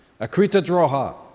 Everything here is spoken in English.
Akritadroha